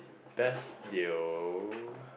best deal